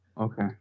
Okay